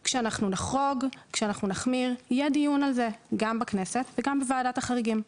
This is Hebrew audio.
כשנחרוג וכשנחמיר יהיה דיון על זה גם בכנסת וגם בוועדת החריגים.